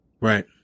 Right